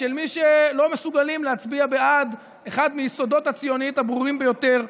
של מי שלא מסוגלים להצביע בעד אחד מיסודות הציונות הברורים ביותר,